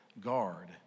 guard